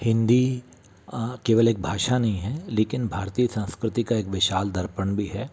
हिन्दी केवल एक भाषा नहीं है लेकिन भारतीय संस्कृति का एक विशाल दर्पण भी है